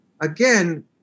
again